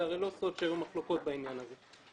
זה הרי לא סוד שהיו מחלוקות בעניין הזה.